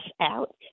out